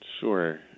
Sure